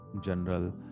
general